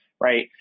right